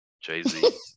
Jay-Z